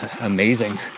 amazing